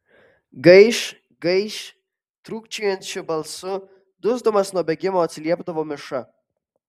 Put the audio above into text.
gaiš gaiš trūkčiojančiu balsu dusdamas nuo bėgimo atsiliepdavo miša